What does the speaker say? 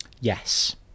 Yes